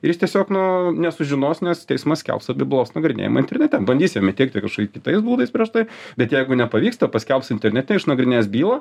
ir jis tiesiog nu nesužinos nes teismas skelbs tada bylos nagrinėjimą internete bandys jam įteikti kažkokiais kitais būdais prieš tai bet jeigu nepavyksta paskelbs internete išnagrinės bylą